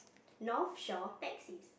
North Shore taxis